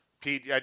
Pete